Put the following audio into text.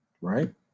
right